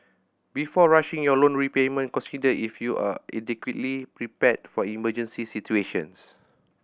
before rushing your loan repayment consider if you are adequately prepared for emergency situations